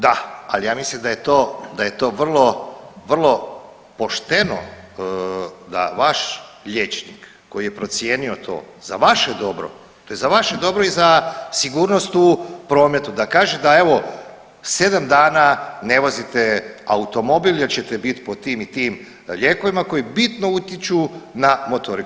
Da, ali ja mislim da je to vrlo pošteno da vaš liječnik koji je procijenio to za vaše dobro, to je za vaše dobro i za sigurnost u prometu da kaže da evo sedam dana ne vozite automobil jer ćete biti pod tim i tim lijekovima koji bitno utječu na motoriku.